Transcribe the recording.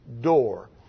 door